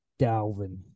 Dalvin